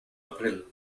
april